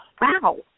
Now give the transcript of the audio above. wow